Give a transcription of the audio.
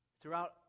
Throughout